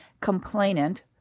complainant